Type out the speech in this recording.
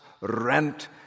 rent